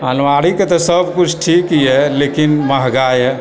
अनबारीके तऽ सब किछु ठीक यऽ लेकिन महगा यऽ